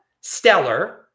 Stellar